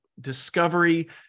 discovery